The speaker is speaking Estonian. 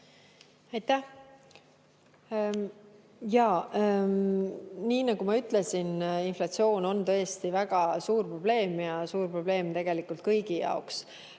Aitäh! Nii nagu ma ütlesin, inflatsioon on tõesti väga suur probleem ja suur probleem tegelikult kõigi jaoks.